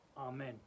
Amen